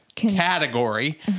Category